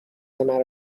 مرا